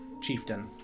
chieftain